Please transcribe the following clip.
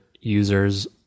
users